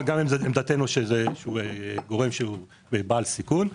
גם אם עמדתנו שהוא גורם בעל סיכון,